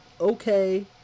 okay